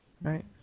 Right